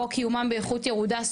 או קיומם באיכות ירודה,